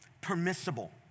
permissible